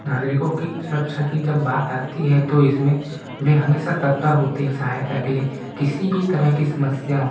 नागरिकों की सुरक्षा की जब बात आती है तो इसमें वे हमेशा तत्पर होते हैं सहायता के लिए किसी भी तरह की समस्या हो